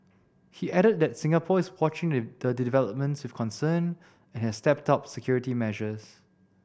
he added that Singapore is watching the developments with concern and has stepped up security measures